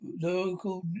local